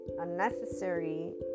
unnecessary